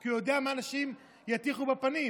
כי הוא יודע מה אנשים יטיחו בפנים.